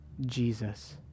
Jesus